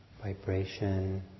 Vibration